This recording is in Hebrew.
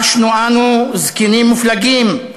חשנו שאנו זקנים מופלגים,